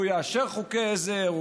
הוא יאשר חוקי עזר,